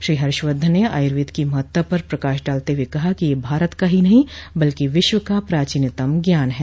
श्री हर्षवर्धन ने आयुर्वेद की महत्ता पर प्रकाश डालते हुए कहा कि यह भारत का ही नहीं बल्कि विश्व का प्राचीनतम ज्ञान है